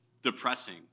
Depressing